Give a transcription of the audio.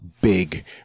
big